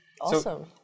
awesome